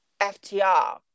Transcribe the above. FTR